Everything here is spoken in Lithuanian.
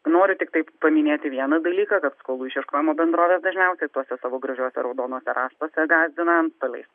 noriu tiktai paminėti vieną dalyką kad skolų išieškojimo bendrovės dažniausiai tose savo gražiuose raudonuose raštuose gasdina antstoliais